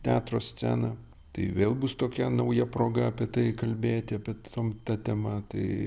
teatro sceną tai vėl bus tokia nauja proga apie tai kalbėti apie tom ta tema tai